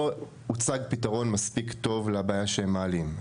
הוצג פתרון מספיק טוב לבעיה שהם מעלים.